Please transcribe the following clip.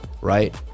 right